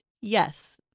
Yes